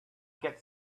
get